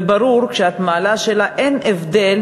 וברור, כשאת מעלה שאלה, אין הבדל